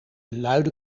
luide